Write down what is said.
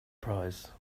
prize